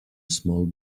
small